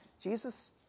Jesus